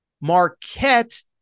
Marquette